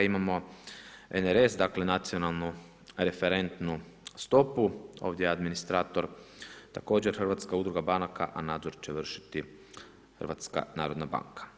Imamo NRS, dakle nacionalnu referentnu stopu, ovdje je administrator također Hrvatska udruga banaka a nadzor će vršiti HNB.